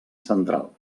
central